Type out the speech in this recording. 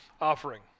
offering